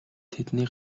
тэдний